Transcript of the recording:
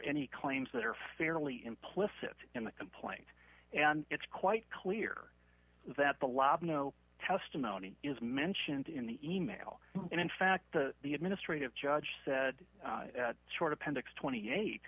any claims that are fairly implicit in the complaint and it's quite clear that the law of no testimony is mentioned in the e mail and in fact the the administrative judge said short appendix twenty eight